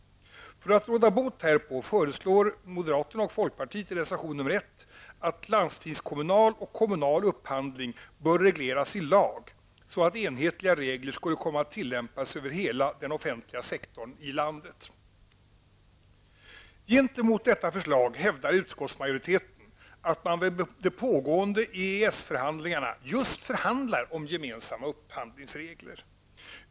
För att råda bot härpå föreslår moderaterna och folkpartiet i reservation 1 att landstingskommunal och kommunal upphandling skall regleras i lag, så att enhetliga regler kommer att tillämpas över hela den offentliga sektorn i landet. Gentemot detta förslag hävdar utskottsmajoriteten att man vid de pågående EES-förhandlingarna just förhandlar om gemensamma upphandlingsregler.